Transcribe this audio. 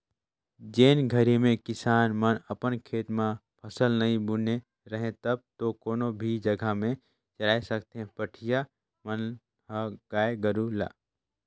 जेन घरी में किसान मन अपन खेत म फसल नइ बुने रहें तब तो कोनो भी जघा में चराय सकथें पहाटिया मन ह गाय गोरु ल